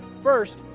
first,